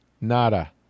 Nada